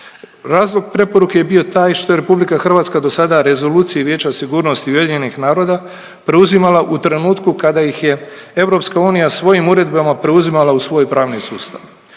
Razlog preporuke je bio taj što je RH do sada Rezoluciji Vijeća sigurnosti UN-a preuzimala u trenutku kada ih je Europska unija svojim uredbama preuzimala u svoj pravni sustav.